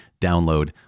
download